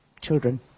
children